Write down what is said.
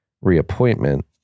reappointment